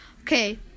Okay